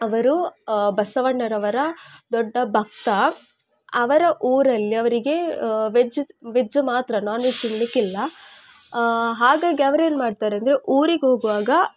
ಅವರು ಬಸವಣ್ಣರವರ ದೊಡ್ಡ ಭಕ್ತ ಅವರ ಊರಲ್ಲಿ ಅವರಿಗೆ ವೆಜ್ ವೆಜ್ ಮಾತ್ರ ನಾನ್ವೆಜ್ ತಿನ್ನಲಿಕ್ಕಿಲ್ಲ ಹಾಗಾಗಿ ಅವರು ಏನು ಮಾಡ್ತಾರಂದರೆ ಊರಿಗೆ ಹೋಗುವಾಗ